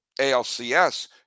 ALCS